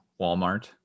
Walmart